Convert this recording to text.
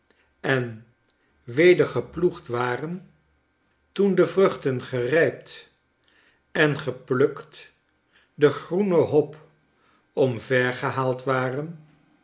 en weder geploegd waren toen de vruchten gerijpt en geplukt de groene hop omvergehaald waren